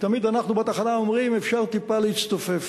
ותמיד אנחנו בתחנה אומרים: אפשר טיפה להצטופף.